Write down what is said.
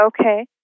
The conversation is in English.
Okay